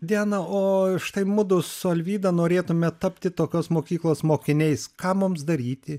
diana o štai mudu su alvyda norėtume tapti tokios mokyklos mokiniais ką mums daryti